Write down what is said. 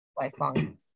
lifelong